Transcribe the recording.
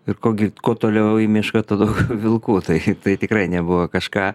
ir ko gi kuo toliau į mišką tuo daugiau vilkų tai tai tikrai nebuvo kažką